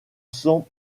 sang